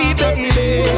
baby